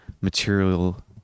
material